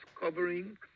covering